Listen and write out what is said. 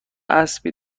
اسبی